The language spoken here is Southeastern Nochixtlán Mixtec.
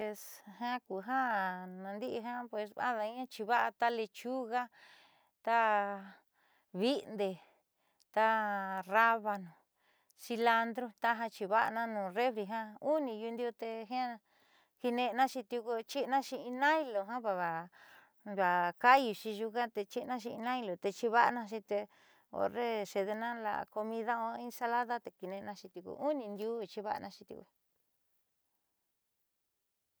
Jiaa ku ja naandi'i ja ada'aña chiiva'a te lechuga, taa viinde, taa rábano, cilantro taja chiiva'ana nuun refri jiaa uni yuundiu'u tee kiine'enaxi tiuku chiinaaxi in naylo java ka'ayuuxi nyuuka te chi'inaaxi in naylo te chiiva'anaxi tee horre xeédena la'a comida o inensalada te kiine'enaxi tiuku uni ndiuu xiiva'anaxi tiuku.